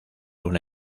una